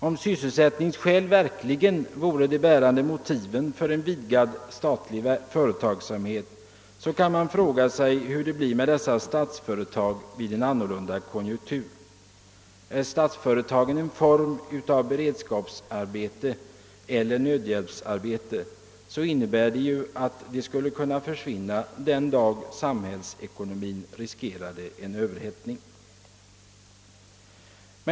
Om sysselsättningsskälen verkligen vore de bärande motiven för en vidgad statlig företagsamhet, så kan man fråga sig hur det blir med dessa statsföretag vid en annorlunda konjunktur. Är statsföretagen en form av beredskapsarbete eller nödhjälpsarbete innebär det ju att de skulle kunna försvinna den dag samhällsekonomin riskerade en Ööverhettning.